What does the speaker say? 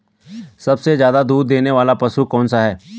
सबसे ज़्यादा दूध देने वाला पशु कौन सा है?